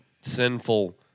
sinful